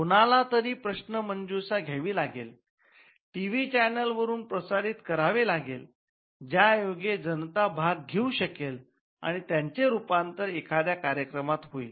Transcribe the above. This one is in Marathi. कुणालातरी प्रश्न मंजुषा घ्यावी लागेल टीव्ही चॅनेलवरून प्रसारित करावे लागेल ज्यायोगे जनता भाग घेऊ शकेल आणि त्याचे रूपांतरण एखाद्या कार्यक्रमात होईल